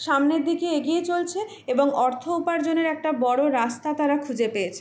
সামনের দিকে এগিয়ে চলছে এবং অর্থ উপার্জনের একটা বড়ো রাস্তা তারা খুঁজে পেয়েছে